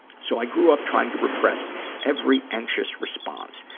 so i grew up trying to repress every anxious response,